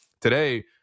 today